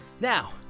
Now